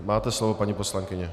Máte slovo, paní poslankyně.